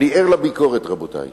אני ער לביקורת, רבותי.